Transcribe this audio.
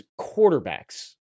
quarterbacks